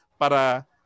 para